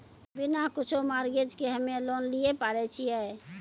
बिना कुछो मॉर्गेज के हम्मय लोन लिये पारे छियै?